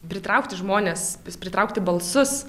pritraukti žmones pis pritraukti balsus